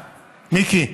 מיקי,